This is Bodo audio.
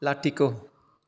लाथिख'